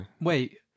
wait